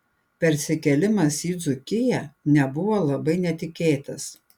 persikėlimas į dzūkiją nebuvo labai netikėtas